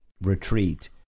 retreat